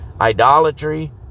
idolatry